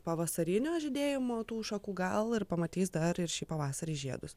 pavasarinio žydėjimo tų šakų gal ir pamatys dar ir šį pavasarį žiedus